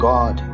God